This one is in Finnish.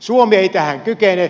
suomi ei tähän kykene